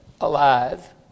alive